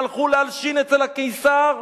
הם הלכו להלשין אצל הקיסר.